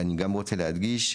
אני גם רוצה להדגיש,